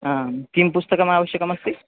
आ किं पुस्तकम् आवश्यकमस्ति